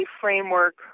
framework